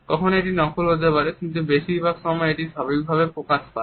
কখনো এটি নকল হতে পারে কিন্তু বেশিরভাগ সময় এটি স্বাভাবিক ভাবে প্রকাশ পায়